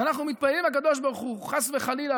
אז אנחנו מתפללים לקדוש ברוך הוא: חס וחלילה